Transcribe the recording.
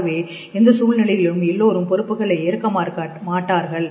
ஆகவே எந்த சூழ்நிலையிலும் எல்லோரும் பொறுப்புகளை ஏற்க மாட்டார்கள்